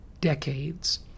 decades